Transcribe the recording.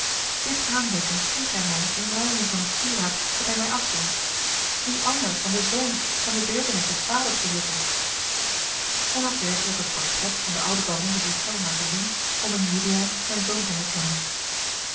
dit aandenken schonk hij mij in ruiling van een sieraad dat hij mij afdwong wie anders dan de zoon kan de beeltenis des vaders bezitten men had werkelijk het portret van den ouden baron de ghiselles maar te zien om in juliaan zijn zoon te herkennen